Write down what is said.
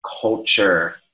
culture